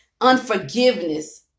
unforgiveness